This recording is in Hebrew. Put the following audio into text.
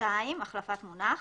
החלפת מונח.